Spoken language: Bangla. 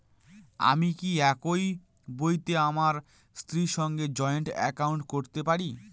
আমি কি একই বইতে আমার স্ত্রীর সঙ্গে জয়েন্ট একাউন্ট করতে পারি?